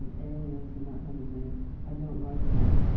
ah aliens, and that kind of thing i don't write that.